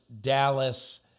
Dallas